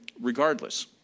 regardless